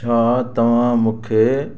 छा तव्हां मूंखे